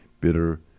bitter